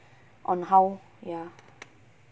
on how ya